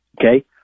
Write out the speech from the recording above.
Okay